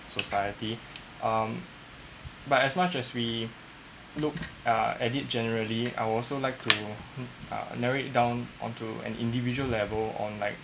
society um but as much as we looked uh at it generally I'd also like to uh narrow down onto an individual level on like